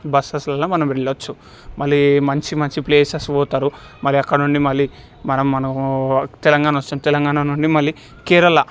బస్సెస్లల్లో మనం వెళ్ళొచ్చు మళ్ళీ మంచి మంచి ప్లేసెస్ పోతారు మరి అక్కడ నుండి మళ్ళీ మర మనము తెలంగాణ వస్తాము తెలంగాణ నుండి మళ్ళీ కేరళ